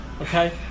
okay